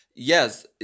Yes